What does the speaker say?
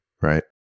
Right